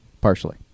Partially